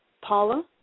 Paula